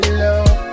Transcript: love